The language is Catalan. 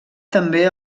també